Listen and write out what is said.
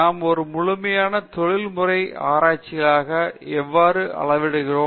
நாம் ஒரு முழுமையான தொழில்முறை ஆய்வாளராக எவ்வாறு ஆகிவிடுகிறோம்